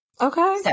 Okay